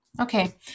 Okay